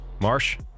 Marsh